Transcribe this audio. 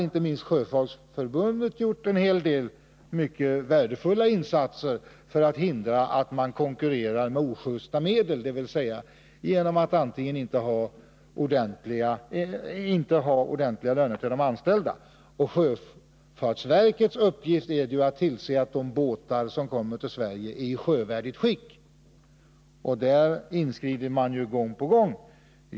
Inte minst har Sjöfolksförbundet gjort en hel del mycket värdefulla insatser för att hindra att man konkurrerar med ojusta medel, dvs. genom att inte betala ordentliga löner till de anställda. Sjöfartsverket har till uppgift att se till att de båtar som kommer till Sverige är i sjövärdigt skick, och verket inskrider ju gång på gång.